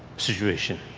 situation.